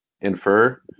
infer